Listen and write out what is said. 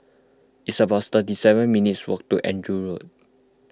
it's about thirty seven minutes' walk to Andrew Road